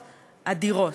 הדירות.